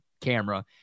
camera